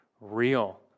real